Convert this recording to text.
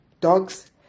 Dogs